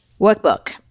workbook